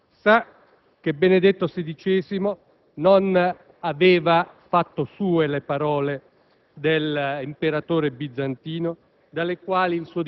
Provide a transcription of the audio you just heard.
Ma vorrei che noi stessimo al punto politico di questo dibattito, quello che evidentemente più ci compete.